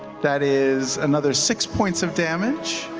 that is another six points of damage.